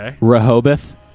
Rehoboth